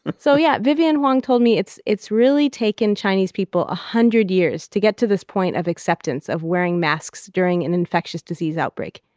but so, yeah, vivian huang told me it's it's really taken chinese people one hundred years to get to this point of acceptance of wearing masks during an infectious disease outbreak.